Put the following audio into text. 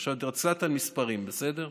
קצת על מספרים, בסדר?